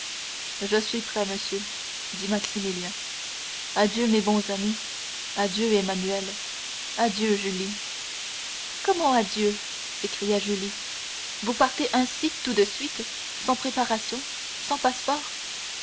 je suis prêt monsieur dit maximilien adieu mes bons amis adieu emmanuel adieu julie comment adieu s'écria julie vous partez ainsi tout de suite sans préparations sans passeports